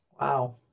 Wow